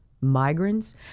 migrants